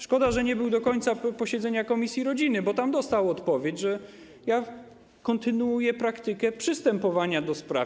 Szkoda, że nie został do końca posiedzenia komisji rodziny, bo tam dostał odpowiedź, że kontynuuję praktykę przystępowania do spraw.